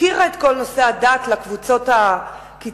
שהפקירה את כל נושא הדת לקבוצות הקיצוניות,